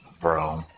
Bro